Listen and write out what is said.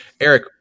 Eric